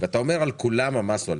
ואומר שעל כולם המס עולה.